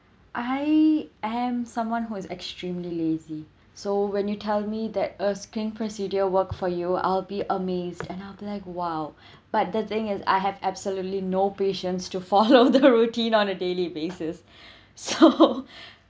I am someone who is extremely lazy so when you tell me that a skin procedure work for you I'll be amazed and I will be like !wow! but the thing is I have absolutely no patience to follow the routine on a daily basis so